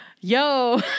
yo